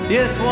Yes